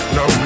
no